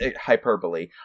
hyperbole